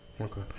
Okay